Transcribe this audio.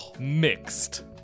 Mixed